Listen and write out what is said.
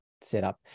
setup